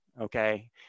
Okay